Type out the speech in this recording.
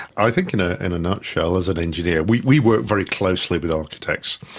i think in ah in a nutshell as an engineer we we work very closely with architects,